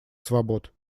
свобод